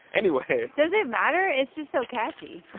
anyway. does it matter? it's just so catchy